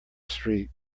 street